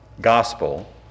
gospel